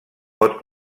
pot